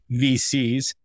VCs